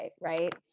right